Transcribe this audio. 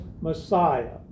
Messiah